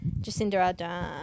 Jacinda